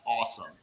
awesome